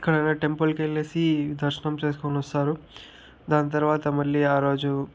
అక్కడున్నా టెంపుల్కి వెళ్ళేసి దర్శనం చేసుకొని వస్తారు దాని తర్వాత మళ్ళీ ఆ రోజు